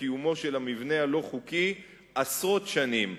קיומו של המבנה הלא-חוקי עשרות שנים.